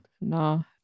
No